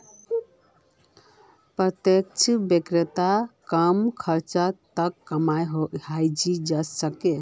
प्रत्यक्ष बैंकत कम खर्चत काम हइ जा छेक